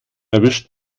erwischt